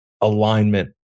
alignment